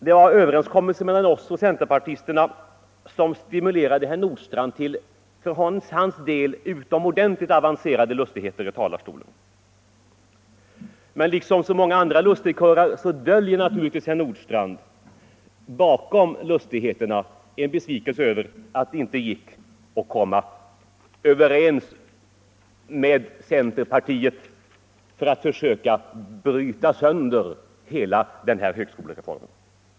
Mellan oss och centerpartisterna hade träffats en överenskommelse som stimulerade herr Nordstrandh till för hans del utomordentligt avancerade lustigheter i denna talarstol. Men liksom så många andra lustigkurrar döljer naturligtvis herr Nordstrandh bakom lustigheterna en besvikelse över att det inte gick att komma överens med centerpartiet om ett försök att bryta sönder hela denna högskolereform.